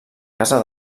casa